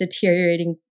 deteriorating